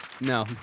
No